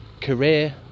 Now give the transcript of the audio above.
career